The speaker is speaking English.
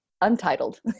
untitled